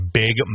big